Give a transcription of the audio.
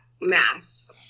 mass